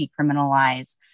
decriminalize